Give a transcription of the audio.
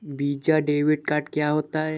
Visa debit card क्या होता है?